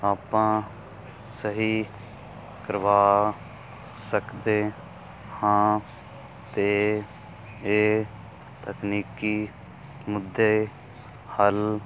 ਆਪਾਂ ਸਹੀ ਕਰਵਾ ਸਕਦੇ ਹਾਂ ਅਤੇ ਇਹ ਤਕਨੀਕੀ ਮੁੱਦੇ ਹੱਲ